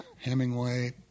Hemingway